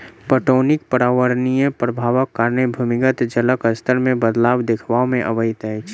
पटौनीक पर्यावरणीय प्रभावक कारणें भूमिगत जलक स्तर मे बदलाव देखबा मे अबैत अछि